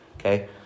Okay